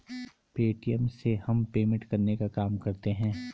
Paytm से हम payment करने का काम करते है